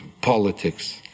politics